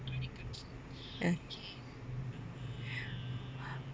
ya